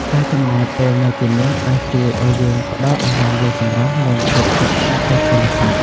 ការចំណាយពេលនៅទីនេះអាចជួយឲ្យយើងផ្តោតអារម្មណ៍លើសម្រស់ និងភាពស្ងប់ស្ងាត់នៃសិល្បៈ។